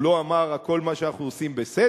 הוא לא אמר: כל מה שאנחנו עושים הוא בסדר,